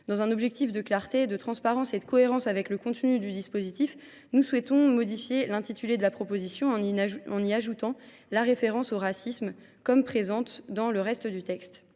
Dans un objectif de clarté, de transparence et de cohérence avec le contenu du dispositif, nous souhaitons modifier l’intitulé de la proposition en y ajoutant la référence au racisme, qui est bien présente dans le reste du texte.